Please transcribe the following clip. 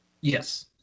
Yes